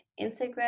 Instagram